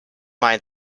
mind